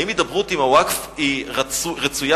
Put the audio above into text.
האם הידברות עם הווקף היא רצויה,